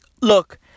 look